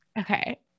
Okay